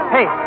Hey